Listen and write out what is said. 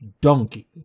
Donkey